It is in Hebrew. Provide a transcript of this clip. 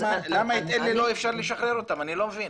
למה את אלה אי אפשר לשחרר, אני לא מבין.